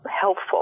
helpful